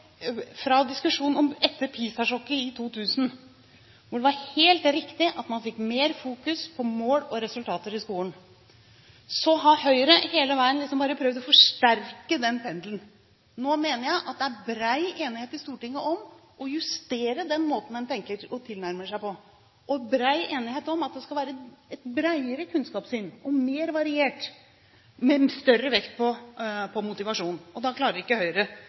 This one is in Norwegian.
Fra diskusjonen etter PISA-sjokket i 2000, da det var helt riktig at man fikk mer fokus på mål og resultater i skolen, har Høyre hele veien bare prøvd å forsterke den pendelen. Nå mener jeg at det er bred enighet i Stortinget om å justere den måten en tenker og tilnærmer seg på, og bred enighet om at det skal være et bredere kunnskapssyn og mer variert, med større vekt på motivasjon, og da klarer ikke Høyre